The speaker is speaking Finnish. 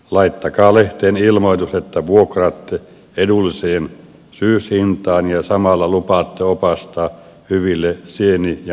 laittakaa lehteen ilmoitus että vuokraatte edulliseen syyshintaan ja samalla lupaatte opastaa hyville sieni ja marjapaikoille